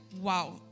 wow